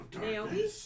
Naomi